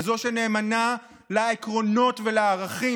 כזו שנאמנה לעקרונות ולערכים,